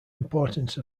importance